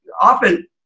often